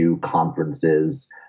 conferences